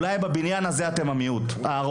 אולי בבניין הזה אתם הרוב,